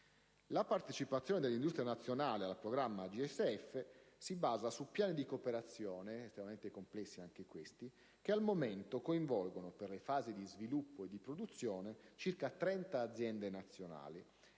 La partecipazione dell'industria nazionale al programma JSF si basa su piani di cooperazione - anche questi estremamente complessi - che al momento coinvolgono, per le fasi di sviluppo e di produzione, circa 30 aziende nazionali